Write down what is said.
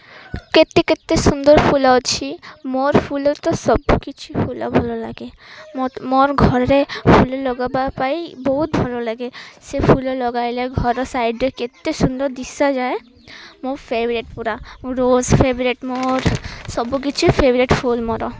କେତେ କେତେ ସୁନ୍ଦର ଫୁଲ ଅଛି ମୋର୍ ଫୁଲ ତ ସବୁକିଛି ଫୁଲ ଭଲ ଲାଗେ ମୋର୍ ଘରରେ ଫୁଲ ଲଗାଇବା ପାଇଁ ବହୁତ ଭଲ ଲାଗେ ସେ ଫୁଲ ଲଗାଇଲେ ଘର ସାଇଡ଼୍ରେ କେତେ ସୁନ୍ଦର ଦିଶାଯାଏ ମୋ ଫେଭରେଟ୍ ପୁରା ରୋଜ୍ ଫେଭରେଟ୍ ମୋର ସବୁକିଛି ଫେଭରଟ୍ ଫୁଲ ମୋର